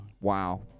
Wow